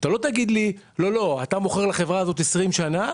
אתה לא תגיד לי: אתה מוכר לחברה הזאת כבר 20 שנים,